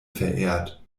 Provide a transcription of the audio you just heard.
verehrt